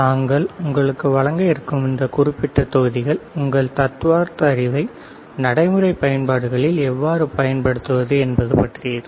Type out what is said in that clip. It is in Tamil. நாங்கள் உங்களுக்கு வழங்க இருக்கும் இந்த குறிப்பிட்ட தொகுதிகள் உங்கள் தத்துவார்த்த அறிவை நடைமுறை பயன்பாடுகளில் எவ்வாறு பயன்படுத்துவது என்பது பற்றியது